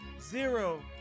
zero